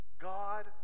God